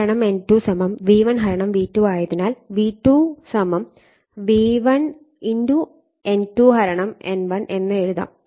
N1 N2 V1 V2 ആയതിനാൽ V2 V1 N2 N1 എന്ന എഴുതാം